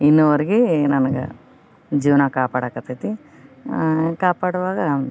ಇನ್ನುವರೆಗೆ ನನ್ಗೆ ಜೀವನ ಕಾಪಾಡಕತ್ತೈತಿ ಕಾಪಾಡುವಾಗ